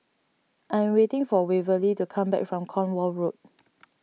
I'm waiting for Waverly to come back from Cornwall Road